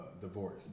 divorce